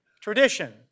tradition